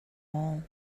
all